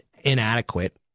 inadequate